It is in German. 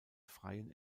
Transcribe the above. freien